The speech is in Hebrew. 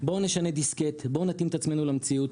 בואו נשנה דיסקט, בואו נתאים את עצמנו למציאות,